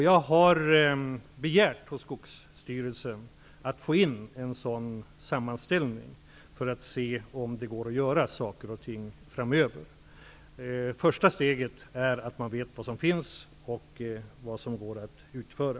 Jag har av Skogsstyrelsen begärt att få in en sammanställning för att se om det går att göra saker och ting framöver. Första steget är att man vet vad som finns och vad som går att utföra.